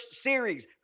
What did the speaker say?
series